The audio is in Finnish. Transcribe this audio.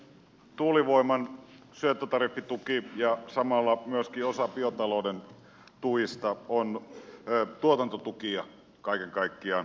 tuulivoiman syöttötariffituki ja samalla myöskin osa biotalouden tuista ovat tuotantotukia kaiken kaikkiaan